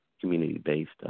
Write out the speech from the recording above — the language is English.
community-based